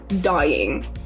dying